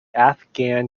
afghan